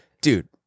dude